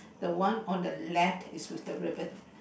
the one on the left is with the ribbon